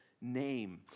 name